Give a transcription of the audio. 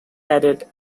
added